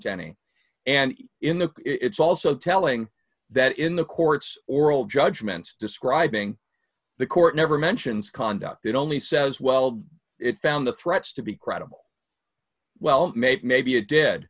uk it's also telling that in the court's oral judgments describing the court never mentions conduct it only says well it found the threats to be credible well made maybe a dead